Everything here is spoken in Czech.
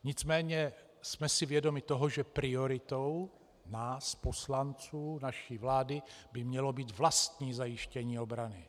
Nicméně jsme si vědomi toho, že prioritou nás poslanců, naší vlády by mělo být vlastní zajištění obrany.